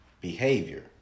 behavior